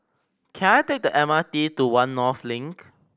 can I take the M R T to One North Link